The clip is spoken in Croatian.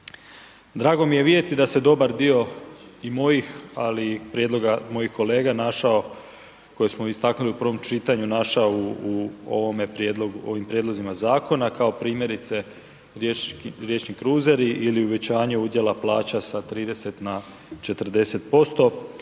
Drago mi je vidjeti da se dobar dio i mojih ali i prijedloga mojih kolega našao koje smo istaknuli u prvom čitanju našao u ovim prijedlozima zakona kao primjerice riječni kruzeri ili uvećanje udjela plaća sa 30 na 40%,